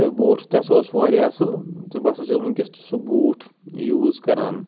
تہٕ بوٗٹھ تہِ ہَسا اوس واریاہ اَصٕل تہٕ بہٕ ہَسا چھُس وٕنۍکٮ۪س تہِ سُہ بوٗٹھ یوٗز کَران